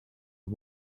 are